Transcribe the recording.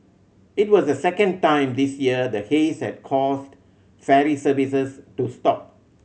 it was the second time this year the haze had caused ferry services to stop